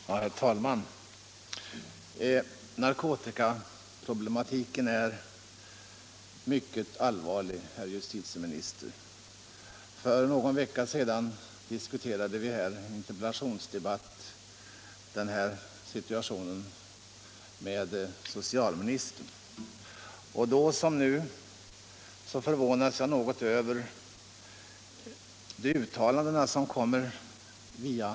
Herr talman! Narkotikaproblematiken är mycket allvarlig. För någon vecka sedan diskuterade vi dessa problem med socialministern i en interpellationsdebatt. Då som nu förvånades jag något över de uttalanden som gjordes i interpellationssvaren.